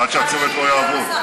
עד שהצוות פה יעבוד.